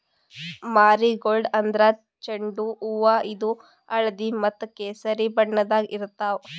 marigold ಅಂದ್ರ ಚೆಂಡು ಹೂವಾ ಇದು ಹಳ್ದಿ ಮತ್ತ್ ಕೆಸರಿ ಬಣ್ಣದಾಗ್ ಇರ್ತವ್